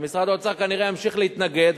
ומשרד האוצר כנראה ימשיך להתנגד,